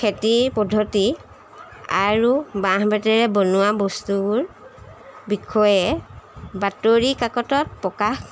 খেতিৰ পদ্ধতি আৰু বাঁহ বেতেৰে বনোৱা বস্তুবোৰ বিষয়ে বাতৰিকাকতত প্ৰকাশ